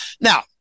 Now